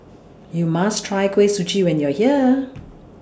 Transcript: YOU must Try Kuih Suji when YOU Are here